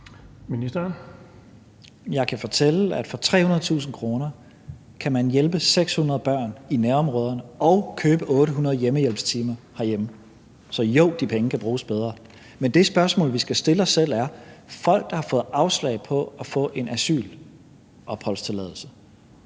for 300.000 kr. kan man hjælpe 600 børn i nærområderne og købe 800 hjemmehjælpstimer herhjemme. Så jo, de penge kan bruges bedre, men det spørgsmål, vi skal stille os selv, er: Skal folk, der har fået afslag på at få en asylopholdstilladelse